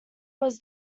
was